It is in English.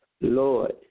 Lord